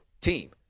team